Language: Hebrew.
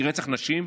רצח נשים,